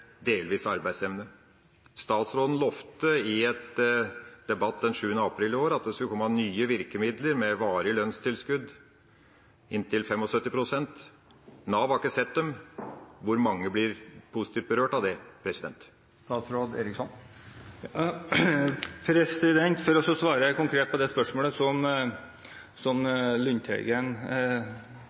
delvis arbeidsevne. Statsråden lovte i en debatt den 7. april i år at det skulle komme nye virkemidler med varig lønnstilskudd, inntil 75 pst. Nav har ikke sett dem. Hvor mange blir positivt berørt av det? For å svare konkret på spørsmålet som Lundteigen